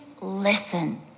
listen